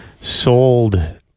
sold